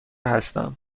هستم